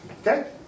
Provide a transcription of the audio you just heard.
Okay